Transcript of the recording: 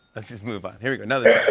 let's just move on. here we go, another